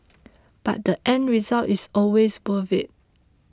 but the end result is always worth it